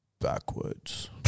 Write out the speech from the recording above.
backwards